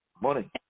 Morning